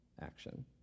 action